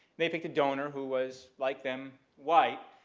they pick a donor who was like them, white,